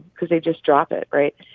because they just drop it, right?